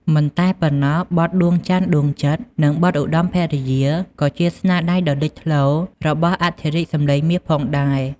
មិនតែប៉ុណ្ណោះ បទ "ដួងច័ន្ទដួងចិត្ត" និងបទ "ឧត្តមភរិយា" ក៏ជាស្នាដៃដ៏លេចធ្លោរបស់អធិរាជសំឡេងមាសផងដែរ។